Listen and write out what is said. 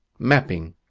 mapping